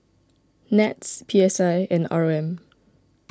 NETS P S I and R O M